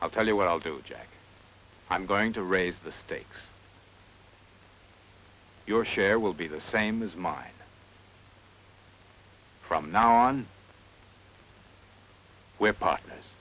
i'll tell you what i'll do jack i'm going to raise the stakes your share will be the same as mine from now on we're partners